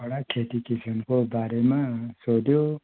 बडा खेती किसानको बारेमा सोध्यौ